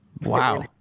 Wow